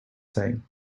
saying